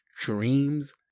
dreams